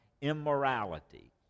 immorality